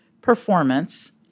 performance